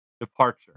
departure